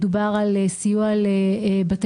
מדובר על סיוע לבית